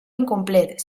incomplet